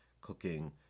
cooking